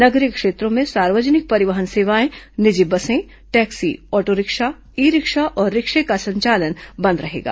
नगरीय क्षेत्रों में सार्वजनिक परिवहन सेवाएं निजी बसें टैक्सी ऑटो रिक्शा ई रिक्शा और रिक्शा का परिचालन भी बंद रहेगा